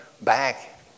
back